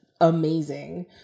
amazing